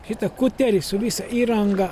šitą kuterį su visa įranga